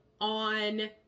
on